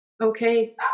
Okay